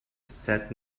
said